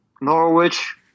Norwich